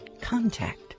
Contact